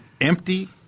empty